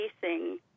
facing